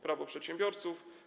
Prawo przedsiębiorców.